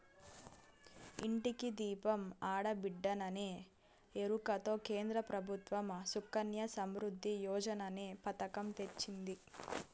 ఇంటికి దీపం ఆడబిడ్డేననే ఎరుకతో కేంద్ర ప్రభుత్వం సుకన్య సమృద్ధి యోజననే పతకం తెచ్చింది